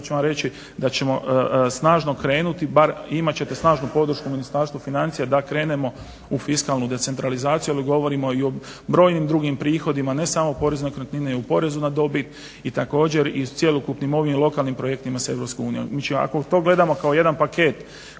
ću vam reći da ćemo snažno krenuti bar, imat ćete snažnu podršku u Ministarstvu financija da krenemo u fiskalnu decentralizaciju, ali govorimo i o brojnim drugim prihodima, ne samo porez na nekretnine i o porezu na dobit i također i cjelokupnim ovim lokalnim projektima sa Europskom unijom. Znači ako to gledamo kao jedan paket